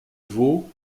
vaux